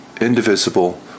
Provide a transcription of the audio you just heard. indivisible